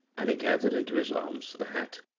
and he gathered into his arms the hat,